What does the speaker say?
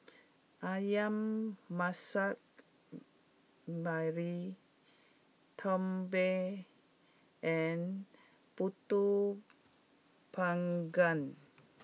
Ayam Masak Merah Tumpeng and Pulut Panggang